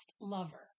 lover